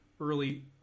early